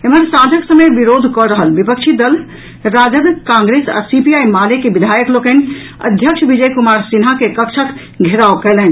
एम्हर सांझक समय विरोध कऽ रहल विपक्षी दल राजद कांग्रेस आ सीपीआई माले के विधायक लोकनि अध्यक्ष विजय कुमार सिन्हा के कक्षक घेराव कयलनि